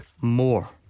more